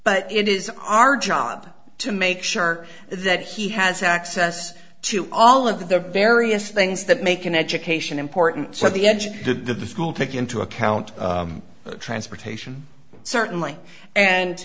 but it is our job to make sure that he has access to all of the various things that make an education important so the edge of the school took into account transportation certainly and